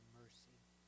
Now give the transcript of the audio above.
mercy